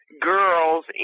girls